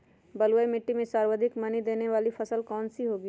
बलुई मिट्टी में सर्वाधिक मनी देने वाली फसल कौन सी होंगी?